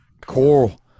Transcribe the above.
Coral